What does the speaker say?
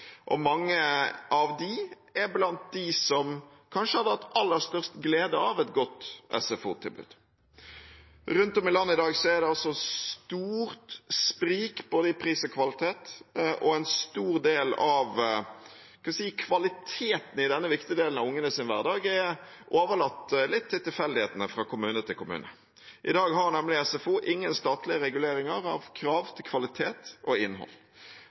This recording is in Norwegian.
Mange av disse er blant dem som kanskje hadde hatt aller størst glede av et godt SFO-tilbud. Rundt om i landet i dag er det et stort sprik i både pris og kvalitet, og en stor del av kvaliteten i denne viktige delen av ungenes hverdag er overlatt litt til tilfeldighetene fra kommune til kommune. I dag har nemlig SFO ingen statlige reguleringer av krav til kvalitet og innhold,